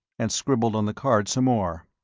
and scribbled on the card some more.